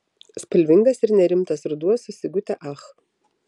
spalvingas ir nerimtas ruduo su sigute ach